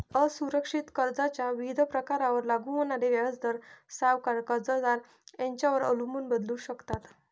असुरक्षित कर्जाच्या विविध प्रकारांवर लागू होणारे व्याजदर सावकार, कर्जदार यांच्यावर अवलंबून बदलू शकतात